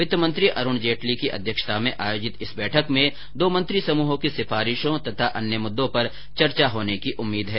वित्त मंत्री अरूण जेटली की अध्यक्षता में आयोजित इस बैठक में दो मंत्री समुहों की सिफारिशों तथा अन्य मुद्दों पर चर्चा होने की उम्मीद है